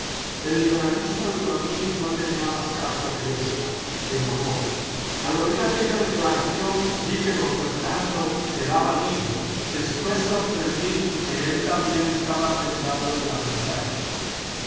el liberalismo de don luis no tenía más causa que esta el amor al oir aquella declaración vi que don fernando quedaba lívido después comprendí que él también estaba prendado de la muchacha